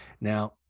Now